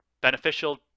beneficial